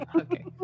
Okay